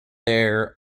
there